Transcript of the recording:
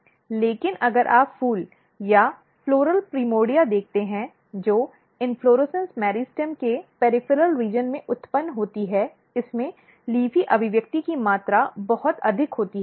लेकिन अगर आप फूल या फूलों की प्राइमोर्डिया देखते हैं जो इन्फ्लोरेसन्स मेरिटेम के परिधीय क्षेत्र में उत्पन्न होती है इसमें LEAFY अभिव्यक्ति की मात्रा बहुत अधिक होती है